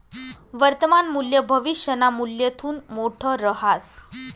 वर्तमान मूल्य भविष्यना मूल्यथून मोठं रहास